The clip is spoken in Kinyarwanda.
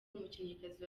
umukinnyikazi